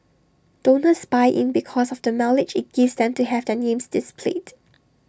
donors buy in because of the mileage IT gives them to have their names displayed